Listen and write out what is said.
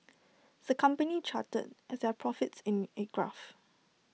the company charted their profits in A graph